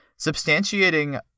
substantiating